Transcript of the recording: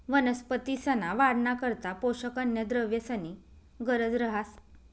वनस्पतींसना वाढना करता पोषक अन्नद्रव्येसनी गरज रहास